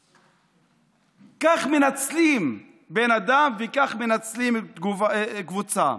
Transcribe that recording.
כך מנצלים בן אדם וכך מנצלים קבוצה.